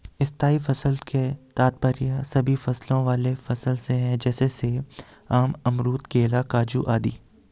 स्थायी फसल से तात्पर्य सभी फल वाले फसल से है जैसे सेब, आम, अमरूद, केला, काजू आदि